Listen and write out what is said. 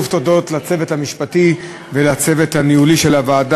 מס' 2 לסעיף 5. מי בעד?